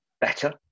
better